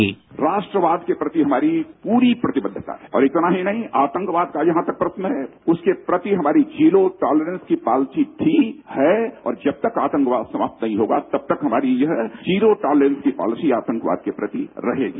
sound bite राष्ट्रवाद के प्रति हमारी पूरी प्रतिबद्धता है और इतना ही नहीं आतंकवाद का जहां तक प्रश्न है उसके प्रति हमारी जीरो टॉलरेन्स की पॉलिसी थी है और जब तक आतंकवाद समाप्त नहीं होगा तब तक हमारी यह जीरो टॉलरेन्स की पॉलिसी आतंकवाद के प्रति रहेगी